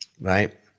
right